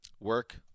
Work